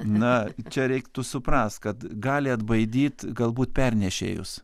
na čia reiktų suprast kad gali atbaidyt galbūt pernešėjus